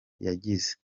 yagize